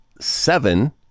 seven